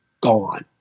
gone